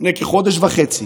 לפני כחודש וחצי